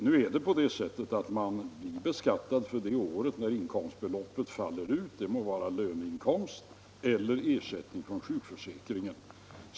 Det är på det sättet att man blir beskattad för inkomster det år som dessa faller ut, det må vara löneinkomster eller ersättning från sjukförsäkringen.